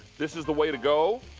this is the way to go.